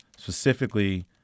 Specifically